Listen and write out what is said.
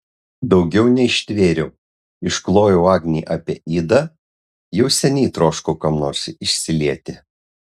daugiau neištvėriau išklojau agnei apie idą jau seniai troškau kam nors išsilieti